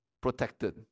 protected